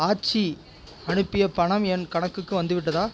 ஆச்சி அனுப்பிய பணம் என் கணக்குக்கு வந்துவிட்டதா